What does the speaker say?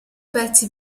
pezzi